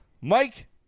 mike